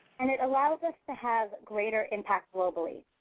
and it allows us to have greater impact globally.